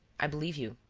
i believe you.